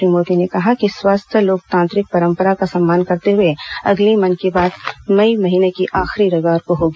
श्री मोदी कहा कि स्वस्थ लोकतांत्रिक परंपरा का सम्मान करते हुए अगली मन की बात मई महीने के आखरी रविवार को होगी